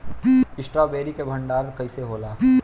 Strawberry के भंडारन कइसे होला?